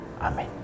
Amen